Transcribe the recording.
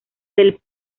del